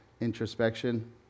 introspection